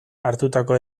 hartutako